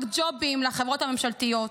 רק ג'ובים לחברות הממשלתיות.